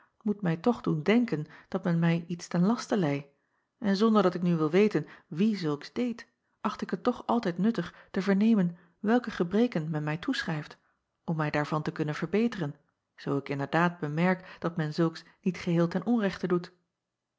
moet mij toch doen denken dat men mij iets ten laste leî en zonder dat ik nu wil weten wie zulks deed acht ik het toch altijd nuttig te vernemen welke gebreken men mij toeschrijft om mij daarvan te kunnen verbeteren zoo ik inderdaad bemerk dat men zulks niet geheel ten onrechte doet